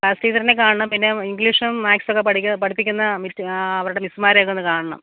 class ടീ ച്ചറിനെ കാണണം പിന്നെ ഇംഗ്ലീഷും മാത്സൊക്കെ പഠിക്കും പഠിപ്പിക്കുന്ന മിസ് ആ അവരുടെ മിസ്സുമാരെയൊക്കെ ഒന്ന് കാണണം